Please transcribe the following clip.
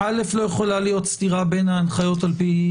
לא יכולה להיות סתירה בין ההנחיות על פי